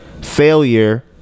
failure